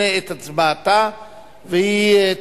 האשה על מנת להכינה לקריאה שנייה ושלישית.